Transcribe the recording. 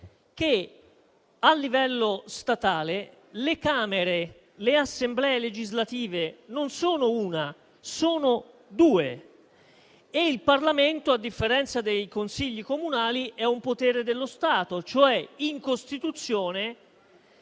che a livello statale, le Camere, le assemblee legislative, non sono una, ma due, e il Parlamento, a differenza dei consigli comunali, è un potere dello Stato; in Costituzione